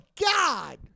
God